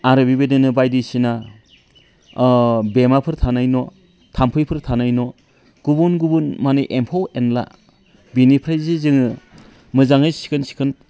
आरो बिबायदिनो बायदिसिना बेमाफोर थानाय न' थाम्फैफोर थानाय न' गुबुन गुबुन माने एम्फौ एनला बिनिफ्राय जि जोङो मोजाङै सिखोन साखोन